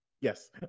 yes